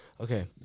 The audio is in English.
Okay